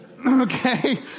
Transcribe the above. Okay